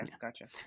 gotcha